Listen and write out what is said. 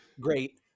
great